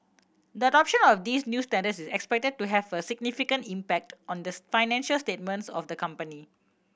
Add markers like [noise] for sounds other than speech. the adoption of these new standards is expected to have a significant impact on the [unintelligible] financial statements of the company